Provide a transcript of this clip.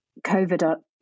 COVID